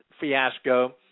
fiasco